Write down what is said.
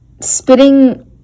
spitting